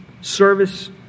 service